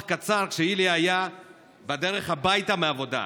קצר כשאיליה היה בדרך הביתה מהעבודה,